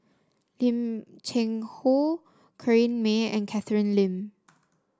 Lim Cheng Hoe Corrinne May and Catherine Lim